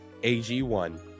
AG1